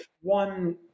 one